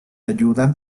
ayudan